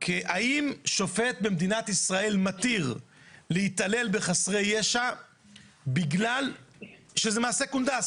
האם שופט במדינת ישראל מתיר להתעלל בחסרי ישע בגלל שזה מעשה קונדס?